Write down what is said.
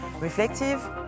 reflective